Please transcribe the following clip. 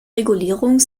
regulierung